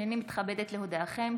הינני מתכבדת להודיעכם,